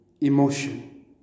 emotion